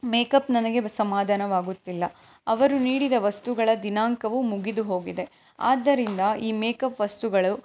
makeup ನನಗೆ ಸಮಾಧಾನವಾಗುತ್ತಿಲ್ಲ ಅವರು ನೀಡಿದ ವಸ್ತುಗಳ ದಿನಾಂಕವು ಮುಗಿದು ಹೋಗಿದೆ ಆದ್ದರಿಂದ ಈ ಮೇಕಪ್ ವಸ್ತುಗಳು